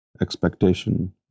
expectation